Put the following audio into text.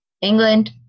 England